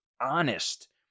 honest